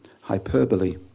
hyperbole